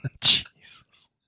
Jesus